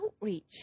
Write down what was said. outreach